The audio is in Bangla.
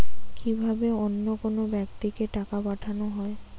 কি ভাবে অন্য কোনো ব্যাক্তিকে টাকা পাঠানো হয়?